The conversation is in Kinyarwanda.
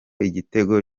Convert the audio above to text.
igitego